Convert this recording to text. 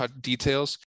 details